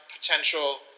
potential